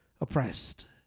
Oppressed